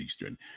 Eastern